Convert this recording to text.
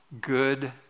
Good